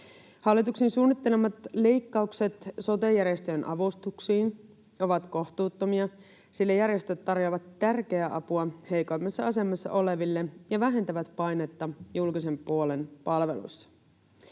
Hallituksen suunnittelemat leikkaukset sote-järjestöjen avustuksiin ovat kohtuuttomia, sillä järjestöt tarjoavat tärkeää apua heikoimmassa asemassa oleville ja vähentävät painetta julkisen puolen palvelussa.